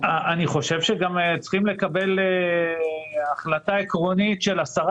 אני חושב שצריך לקבל החלטה עקרונית של השרה